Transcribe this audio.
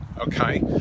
okay